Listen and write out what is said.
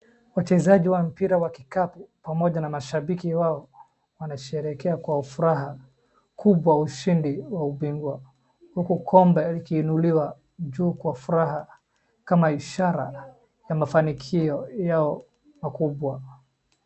Wachezaji wa mpira ya kikapu pamoja na mashabiki wao wanasherehekea kwa furaha kubwa ushindi wa ubingwa huku kombe likiinuliwa juu kwa furaha kama ishara ya mafanikio yao makubwa.